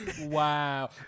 Wow